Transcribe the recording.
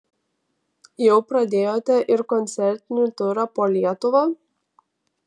jau pradėjote ir koncertinį turą po lietuvą